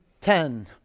ten